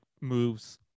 moves